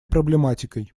проблематикой